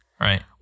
right